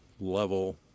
level